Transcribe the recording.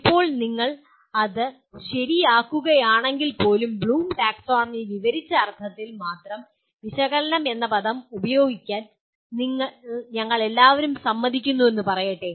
ഇപ്പോൾ നിങ്ങൾ അത് ശരിയാക്കുകയാണെങ്കിൽപ്പോലും ബ്ലൂം ടാക്സോണമി വിവരിച്ച അർത്ഥത്തിൽ മാത്രം വിശകലനം എന്ന പദം ഉപയോഗിക്കാൻ ഞങ്ങൾ എല്ലാവരും സമ്മതിക്കുന്നുവെന്ന് പറയട്ടെ